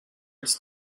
its